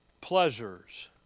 Pleasures